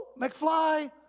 McFly